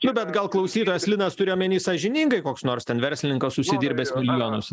nu bet gal klausytojas linas turėjo omeny sąžiningai koks nors ten verslininkas užsidirbęs milijonus